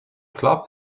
club